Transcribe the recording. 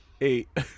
Eight